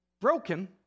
broken